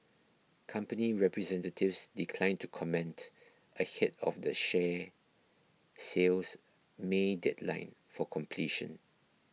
company representatives declined to comment ahead of the share sale's May deadline for completion